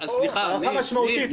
הארכה משמעותית,